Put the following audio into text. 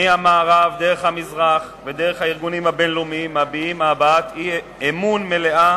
מהמערב עד המזרח ודרך הארגונים הבין-לאומיים מביעים הבעת אמון מלאה